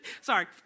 Sorry